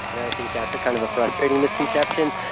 and i think that's kind of a frustrating misconception.